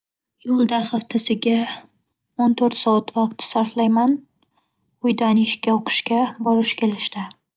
Yo'lda hafstasiga o'n to'rt soat vaqt sarflayman. Uydan ishga, o'qishga borish- kelishda.